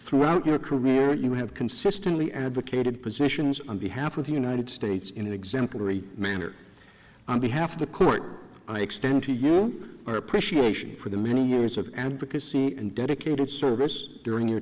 throughout your career you have consistently advocated positions on behalf of the united states in an exemplary manner on behalf of the court i extend to you our appreciation for the many years of advocacy and dedicated service during your